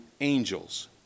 angels